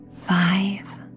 Five